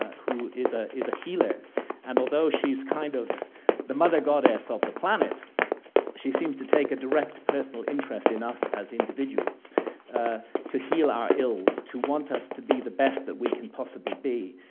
who is ah is a healer and although she's kind of the mother goddess of the planet she seems to take a direct personal interest in us as individuals to heal our ills, to want us to be the best that we can possibly be,